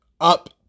Up